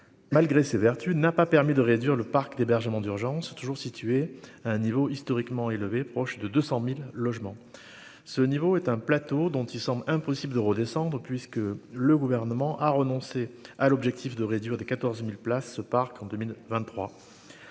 malgré ses vertus n'a pas permis de réduire le parc d'hébergement d'urgence toujours située à un niveau historiquement élevé, proche de 200000 logements, ce niveau est un plateau dont il semble impossible de redescendre, puisque le gouvernement a renoncé à l'objectif de réduire de 14000 places ce parc en 2023,